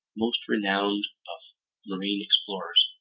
most renowned of marine explorers,